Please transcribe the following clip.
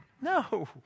No